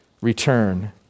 return